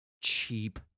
Cheap